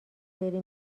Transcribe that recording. بری